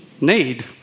need